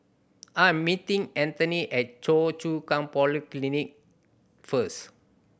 I am meeting Antione at Choa Chu Kang Polyclinic first